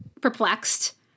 perplexed